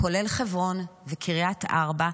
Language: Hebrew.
כולל חברון וקריית ארבע.